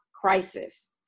crisis